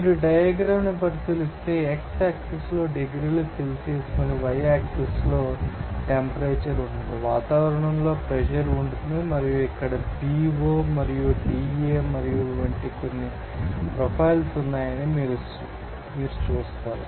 మీరు డయాగ్రమ్న్ పరిశీలిస్తే X అక్సిస్ లో డిగ్రీల సెల్సియస్ మరియు Y అక్సిస్ లో టెంపరేచర్ ఉంటుంది వాతావరణంలో ప్రెషర్ ఉంటుంది మరియు ఇక్కడ BO మరియు DA మరియు వంటి కొన్ని ప్రొఫైల్స్ ఉన్నాయని మీరు చూస్తారు